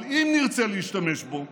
אבל אם נרצה להשתמש בו,